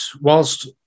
whilst